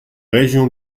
régions